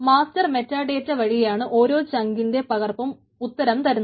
master metadata വഴിയാണ് ഓരോ ചങ്കിന്റെ പകർപ്പിനും ഉത്തരം തരുന്നത്